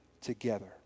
together